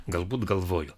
galbūt galvojo